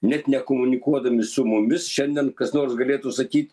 net nekomunikuodami su mumis šiandien kas nors galėtų sakyt